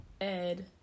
Ed